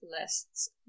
lists